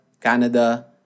Canada